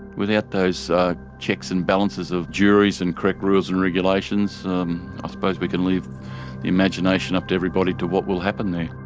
without those checks and balances of juries and correct rules and regulations i um suppose we can leave the imagination up to everybody to what will happen there.